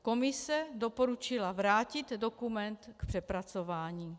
Komise doporučila vrátit dokument k přepracování.